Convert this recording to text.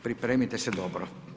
Pripremite se dobro.